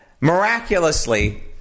miraculously